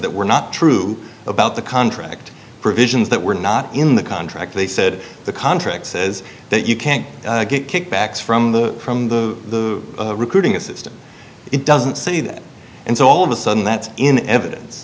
that were not true about the contract provisions that were not in the contract they said the contract says that you can't get kickbacks from the from the recruiting the system it doesn't say that and so all of a sudden that's in evidence